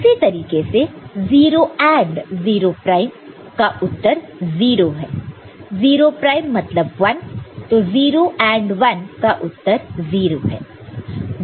उसी तरीके से 0 AND 0 प्राइम का उत्तर 0 है 0 प्राइम मतलब 1 है तो 0 AND 1 का उत्तर 0 है